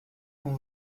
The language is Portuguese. com